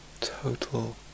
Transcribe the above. total